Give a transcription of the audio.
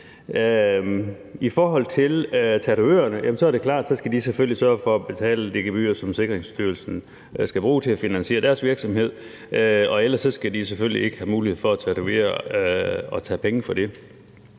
I forhold til tatovørerne er det klart, at de selvfølgelig skal sørge for at betale de gebyrer, som Sikkerhedsstyrelsen skal bruge til at finansiere deres virksomhed. Ellers skal de selvfølgelig ikke have mulighed for at tatovere og tage penge for det.